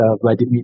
Vladimir